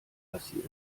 passiert